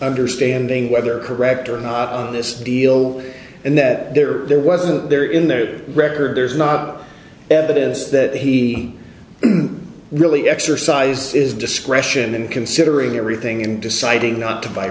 understanding whether correct or not on this deal and that there are there wasn't there in the record there's not evidence that he really exercised his discretion in considering everything in deciding not to